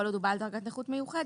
כל עוד הוא בעל דרגת נכות כאמור,